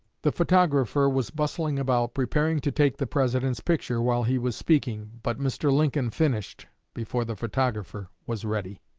the photographer was bustling about, preparing to take the president's picture while he was speaking, but mr. lincoln finished before the photographer was ready.